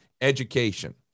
education